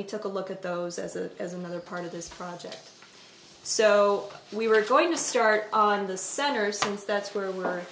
we took a look at those as a as another part of this project so we were going to start in the center since that's where we're